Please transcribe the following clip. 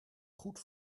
goed